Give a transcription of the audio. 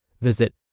Visit